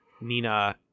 Nina